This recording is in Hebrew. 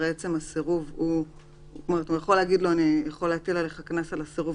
הוא יכול להגיד לו "אני יכול להטיל עליך קנס על הסירוב,